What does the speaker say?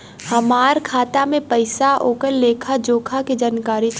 हमार खाता में पैसा ओकर लेखा जोखा के जानकारी चाही?